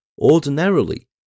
ordinarily